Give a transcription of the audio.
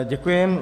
Děkuji.